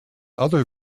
other